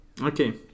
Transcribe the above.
okay